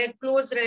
close